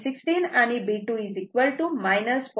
16 आणि b2 0